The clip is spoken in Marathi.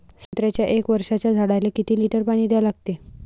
संत्र्याच्या एक वर्षाच्या झाडाले किती लिटर पाणी द्या लागते?